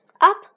Up